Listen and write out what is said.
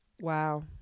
Wow